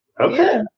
Okay